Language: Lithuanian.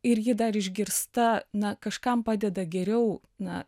ir ji dar išgirsta na kažkam padeda geriau na